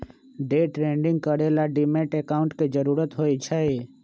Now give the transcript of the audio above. day trading करे ला demat account के जरूरत होई छई